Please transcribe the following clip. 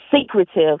secretive